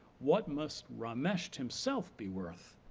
what must ramisht himself be worth?